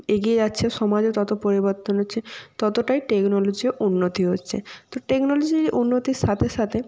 এগিয়ে যাচ্ছে সমাজও তত পরিবর্তন হচ্ছে ততটাই টেকনোলজিয়ও উন্নতি হচ্ছে তো টেকনোলজির উন্নতির সাথে সাথে